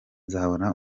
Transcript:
nzabone